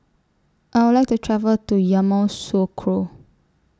I Would like to travel to Yamoussoukro